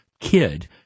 kid